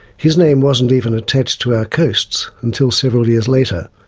his name wasn't even attached to our coasts until several years later,